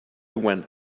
went